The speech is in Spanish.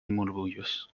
murmullos